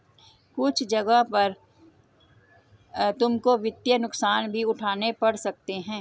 कुछ जगहों पर तुमको वित्तीय नुकसान भी उठाने पड़ सकते हैं